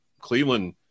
Cleveland